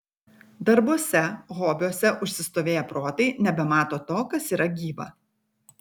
darbuose hobiuose užsistovėję protai nebemato to kas yra gyva